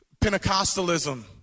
Pentecostalism